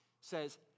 says